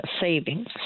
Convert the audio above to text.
savings